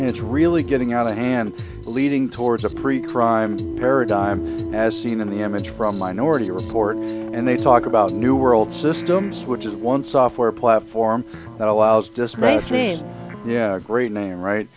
it's really getting out of hand leading towards a pre crime paradigm as seen in the image from minority report and they talk about a new world systems which is one software platform that allows dispense means yeah great name right